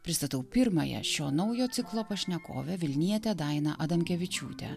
pristatau pirmąją šio naujo ciklo pašnekovę vilnietę dainą adamkevičiūtę